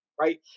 right